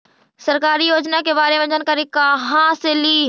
सरकारी योजना के बारे मे जानकारी कहा से ली?